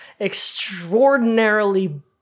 extraordinarily